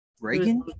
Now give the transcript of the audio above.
Reagan